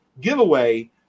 giveaway